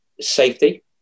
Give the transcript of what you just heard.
Safety